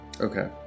Okay